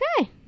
Okay